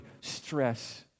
stress